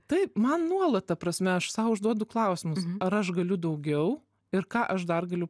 taip man nuolat ta prasme aš sau užduodu klausimus ar aš galiu daugiau ir ką aš dar galiu